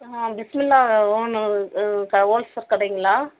ஆ பிஸ்மில்லா ஓன ஹோல்சேல் கடைங்களா